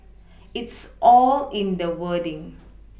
it's all in the wording